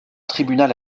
tribunal